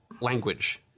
language